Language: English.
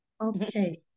Okay